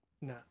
No